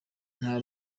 nta